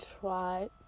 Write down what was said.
try